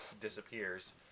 disappears